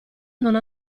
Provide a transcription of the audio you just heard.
non